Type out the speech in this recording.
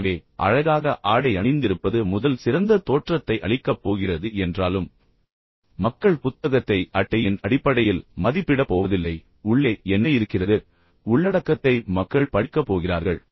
எனவே அழகாக ஆடை அணிந்திருப்பது முதல் சிறந்த தோற்றத்தை அளிக்கப் போகிறது என்றாலும் மக்கள் புத்தகத்தை அட்டையின் அடிப்படையில் மதிப்பிடப் போவதில்லை உள்ளே என்ன இருக்கிறது உள்ளடக்கம் என்ன என்பதை மக்கள் படிக்கப் போகிறார்கள்